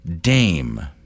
dame